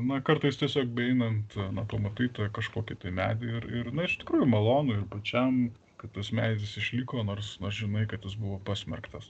na kartais tiesiog beeinant na tu matai kažkokį medį ir ir na iš tikrųjų malonu ir pačiam kad tas medis išliko nors na žinai kad jis buvo pasmerktas